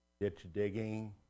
ditch-digging